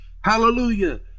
Hallelujah